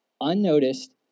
unnoticed